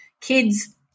kids